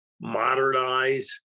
modernize